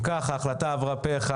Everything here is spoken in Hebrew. אם כך, ההחלטה עברה פה אחד.